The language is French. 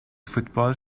football